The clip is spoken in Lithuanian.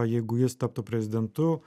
jeigu jis taptų prezidentu